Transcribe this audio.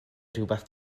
rywbeth